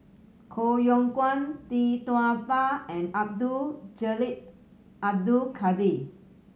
Koh Yong Guan Tee Tua Ba and Abdul Jalil Abdul Kadir